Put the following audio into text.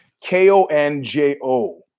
K-O-N-J-O